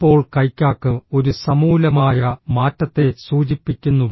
ഇപ്പോൾ കൈക്കാക്കു ഒരു സമൂലമായ മാറ്റത്തെ സൂചിപ്പിക്കുന്നു